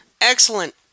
Excellent